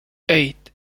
eight